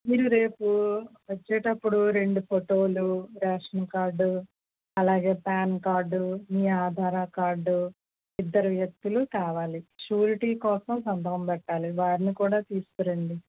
మీరు రేపు వచ్చేటప్పుడు రెండు ఫోటోలు రేషన్ కార్డు అలాగే పాన్ కార్డు మీ ఆధార్ కార్డు ఇద్దరు వ్యక్తులు కావాలి షూరిటి కోసం సంతకం పెట్టాలి వారిని కూడా తీసుకురండి